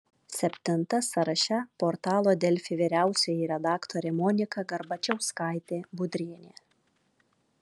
septinta sąraše portalo delfi vyriausioji redaktorė monika garbačiauskaitė budrienė